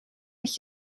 met